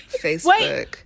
Facebook